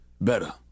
better